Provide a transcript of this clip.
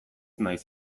naiz